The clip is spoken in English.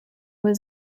was